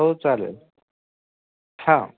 हो चालेल हां